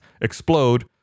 explode